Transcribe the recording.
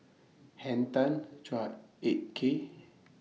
Henn Tan Chua Ek Kay